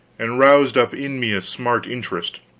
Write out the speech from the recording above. and roused up in me a smart interest.